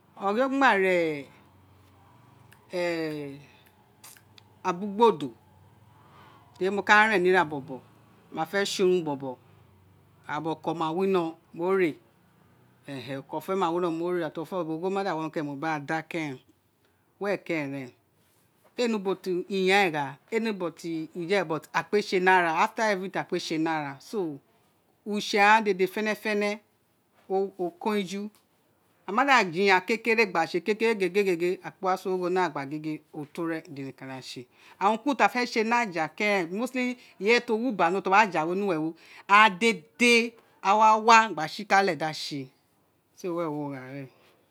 Gba re abi ugborodo teri mo ka ren ni ira bobo mo ma fe se urun bobo tea bobo oko wa wino ogolo ma da wino ti ode ee wino ogho ma da winowo ba ghan da keren were keren ren ee ne uso ti iyan ee gha ee ne but ku je but aghan kpe se ni ara after everything a kpe se ni ara so use ghan dede fene fene okon we eju to i o ma da ji yan gba se kekere gege aghan kpe wa soro ni eyin gba gin oto re dede ka da se urun ki urun ti a fe se ni aja ni uwe mostly ireye ti o wi una ti o wi aja ni uwe we aghan dede awe wa gba si kale da se so were o gha ran